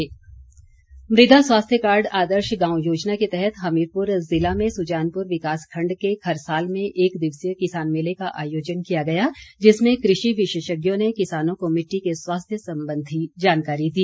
किसान मेला मुदा स्वास्थ्य कार्ड आदर्श गांव योजना के तहत हमीरपुर ज़िला में सुजानपुर विकास खंड के खरसाल में एक दिवसीय किसान मेले का आयोजन किया गया जिसमें कृषि विशेषज्ञों ने किसानों को मिट्टी के स्वास्थ्य संबंधी जानकारी दी